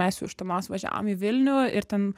mes iš tumos važiavom į vilnių ir ten